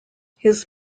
his